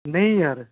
नेईं यार